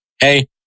hey